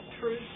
truth